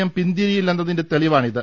M പിന്തിരിയില്ലന്നതിന്റെ തെളിവാണിത്